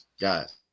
guys